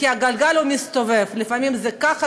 כי הגלגל מסתובב: לפעמים זה ככה,